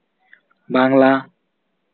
Bangla